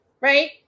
right